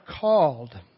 called